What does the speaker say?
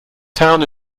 town